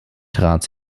trat